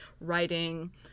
writing